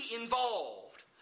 involved